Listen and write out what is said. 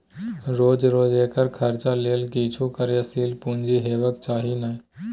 रोज रोजकेर खर्चा लेल किछु कार्यशील पूंजी हेबाक चाही ने